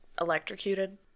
electrocuted